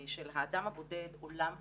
של האדם הבודד עולם ומלואו.